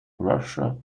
russia